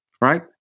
Right